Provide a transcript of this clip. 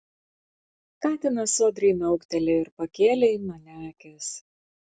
katinas sodriai miauktelėjo ir pakėlė į mane akis